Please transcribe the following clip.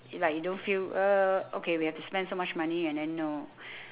like you don't feel uh okay we have to spend so much money and then no